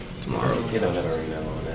tomorrow